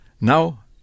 Now